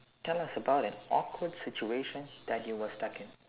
tell us about an awkward situation that you were stuck in